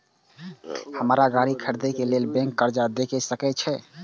हमरा गाड़ी खरदे के लेल बैंक कर्जा देय सके छे?